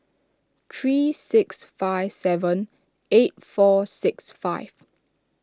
three six five seven eight four six five